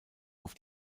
auf